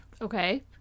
Okay